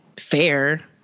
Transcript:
fair